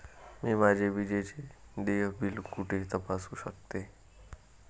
मी माझे विजेचे देय बिल कुठे तपासू शकते?